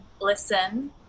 listen